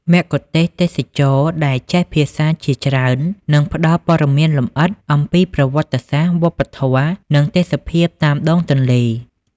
មគ្គុទ្ទេសក៍ទេសចរណ៍ដែលចេះភាសាជាច្រើន នឹងផ្តល់ព័ត៌មានលម្អិតអំពីប្រវត្តិសាស្ត្រ វប្បធម៌ និងទេសភាពតាមដងទន្លេ។